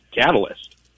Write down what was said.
catalyst